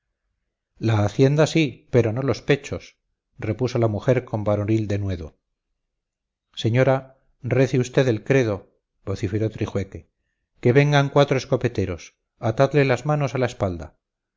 la hacienda sí pero no los pechos repuso la mujer con varonil denuedo señora rece usted el credo vociferó trijueque que vengan cuatro escopeteros atadle las manos a la espalda